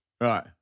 Right